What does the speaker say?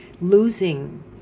losing